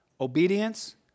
obedience